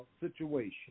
Situation